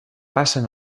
passen